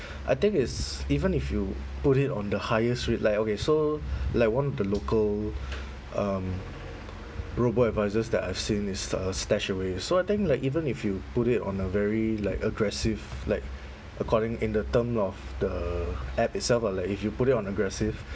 I think it's even if you put it on the highest rate like okay so like one of the local um robo advisors that I've seen is uh stashaway so I think like even if you put it on a very like aggressive like according in the term of the app itself lah like if you put it on aggressive